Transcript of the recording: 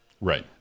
Right